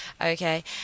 okay